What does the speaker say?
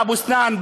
באבו-סנאן,